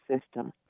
system